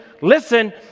listen